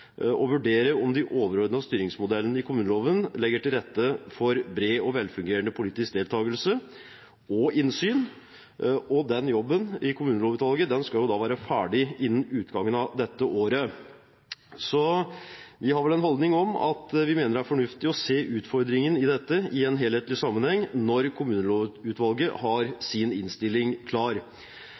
vurdere om de overordnede styringsmodellene i kommuneloven legger til rette for bred og velfungerende politisk deltakelse og innsyn. Jobben i Kommunelovutvalget skal være ferdig innen utgangen av dette året. Så vi har vel den holdning at vi mener det er fornuftig å se utfordringene i dette i en helhetlig sammenheng når Kommunelovutvalget har sin innstilling klar.